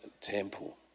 temple